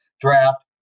draft